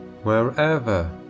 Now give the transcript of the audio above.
Wherever